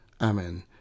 Amen